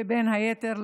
ובין היתר,